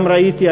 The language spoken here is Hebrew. גם ראיתי,